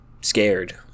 scared